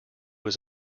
was